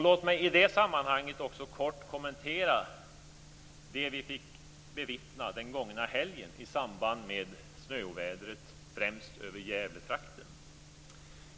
Låt mig i det sammanhanget också kort kommentera det vi fick bevittna den gångna helgen i samband med snöovädret främst över Gävletrakten.